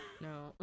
No